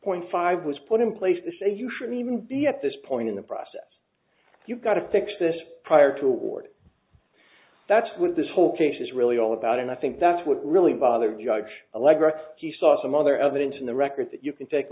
point five was put in place to say you shouldn't even be at this point in the process you've got to fix this prior to award that's what this whole case is really all about and i think that's what really bothers judge allegro you saw some other evidence in the record that you can take a